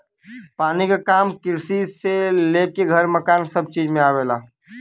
पानी क काम किरसी से लेके घर मकान सभ चीज में आवेला